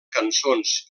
cançons